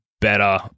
better